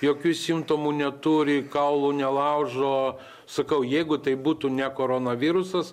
jokių simptomų neturi kaulų nelaužo sakau jeigu tai būtų ne koronavirusas